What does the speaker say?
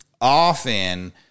often